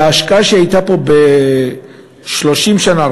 וההשקעה שהייתה פה ב-30 שנה,